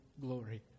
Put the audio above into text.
glory